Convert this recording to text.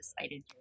decided